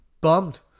bummed